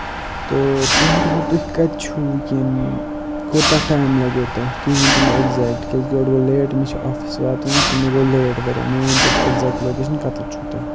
تہٕ تُہۍ ؤنِو مےٚ تُہۍ کَتہِ چھُو وٕکٮ۪ن کوٗتاہ ٹایِم لَگیو تۄہہِ تُہۍ ؤنۍتَو مےٚ اٮ۪کزیکٹ کیٛازِکہِ یورٕ گوٚو لیٹ مےٚ چھِ آفِس واتُن تہٕ مےٚ گوٚو لیٹ واریاہ مےٚ ؤنۍتو تُہۍ اٮ۪کزیکٹ لوکیشَن کَتَتھ چھُو تۄہہِ